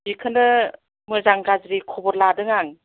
बिखोनो मोजां गाज्रि खबर लादों आं